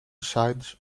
sides